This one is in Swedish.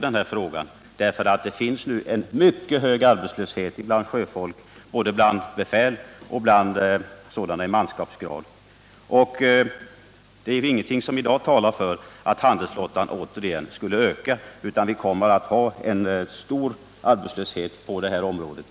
Det finns nämligen en mycket hög arbetslöshet bland sjöfolk — både befäl och sådana i manskapsgrad — och det är ingenting som i dag talar för att handelsflottan åter skulle öka, utan vi kommer att ha stor arbetslöshet på det här området.